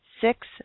six